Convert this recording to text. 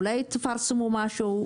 אולי תפרסמו משהו.